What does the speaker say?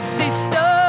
sister